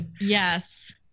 Yes